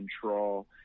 control